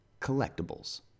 Collectibles